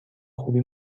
خوبی